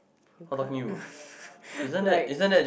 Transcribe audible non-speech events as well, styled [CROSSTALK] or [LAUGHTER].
you can't [LAUGHS] like